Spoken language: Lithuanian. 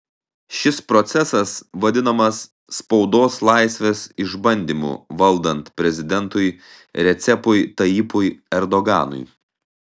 šis procesas vadinamas spaudos laisvės išbandymu valdant prezidentui recepui tayyipui erdoganui